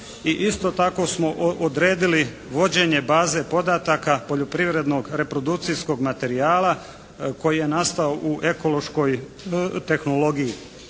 i isto tako smo odredili vođenje baze podataka poljoprivrednog reprodukcijskog materijala koji je nastao u ekološkoj tehnologiji.